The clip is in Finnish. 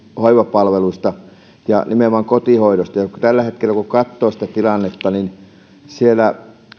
hoivapalveluista ja nimenomaan kotihoidosta tällä hetkellä kun katsoo sitä tilannetta siellä